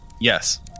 Yes